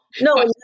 No